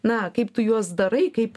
na kaip tu juos darai kaip